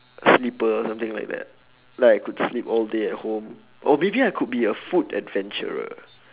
sleeper something like that like I could sleep all day at home or maybe I could be a food adventurer